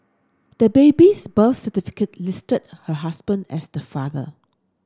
the baby's birth certificate listed her husband as the father